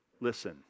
Listen